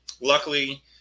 Luckily